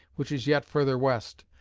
which is yet further west.